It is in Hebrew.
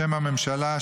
בשם הממשלה,